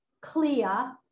clear